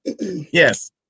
Yes